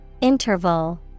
Interval